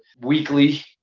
weekly